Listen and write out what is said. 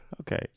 okay